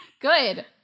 Good